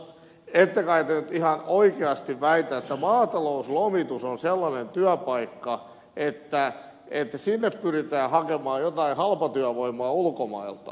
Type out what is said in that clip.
ette kai te nyt ihan oikeasti väitä että maatalouslomitus on sellainen työpaikka että sinne pyritään hakemaan jotain halpatyövoimaa ulkomailta